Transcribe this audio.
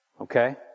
Okay